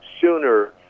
sooner